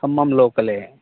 ఖమం లోకలే